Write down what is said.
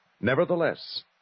Nevertheless